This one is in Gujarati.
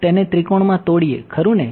તેને ત્રિકોણ ખરું ને